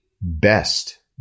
Best